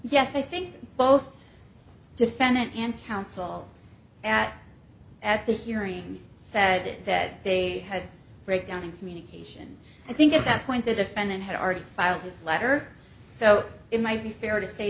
yes i think both defendant and counsel at this hearing said it that they had a breakdown in communication i think at that point the defendant had already filed his letter so it might be fair to say